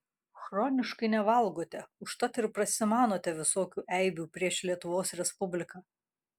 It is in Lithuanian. chroniškai nevalgote užtat ir prasimanote visokių eibių prieš lietuvos respubliką